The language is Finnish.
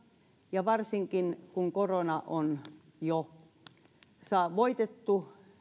ja varsinkin sitten kun korona on jo voitettu